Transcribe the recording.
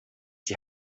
die